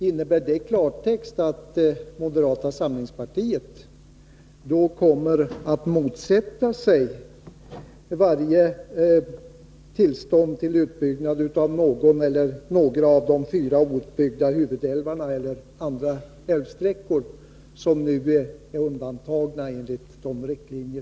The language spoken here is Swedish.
Innebär det i klartext att moderata samlingspartiet då kommer att motsätta sig varje tillstånd till utbyggnad av någon eller några av de fyra outbyggda huvudälvarna eller andra älvsträckor som nu är undantagna enligt gällande riktlinjer?